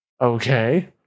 Okay